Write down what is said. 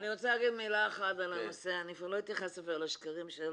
אני אפילו לא אתייחס לשקרים שלהם,